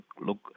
look